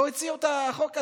לא הציעו את החוק הזה,